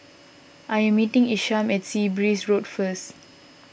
I am meeting Isham at Sea Breeze Road first